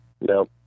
No